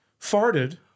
farted